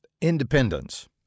independence